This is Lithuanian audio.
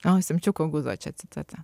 o semčiuko guzo čia citata